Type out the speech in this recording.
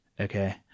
Okay